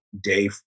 day